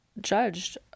judged